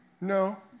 No